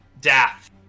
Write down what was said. Death